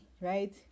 right